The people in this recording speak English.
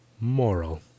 Moral